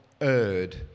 erred